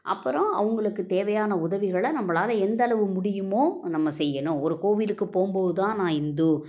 அப்புறம் அவங்களுக்குத் தேவையான உதவிகளை நம்பளால் எந்தளவு முடியுமோ நம்ம செய்யணும் ஒரு கோவிலுக்குப் போகும்போது தான் நான் இந்து